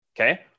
okay